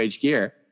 gear